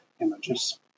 images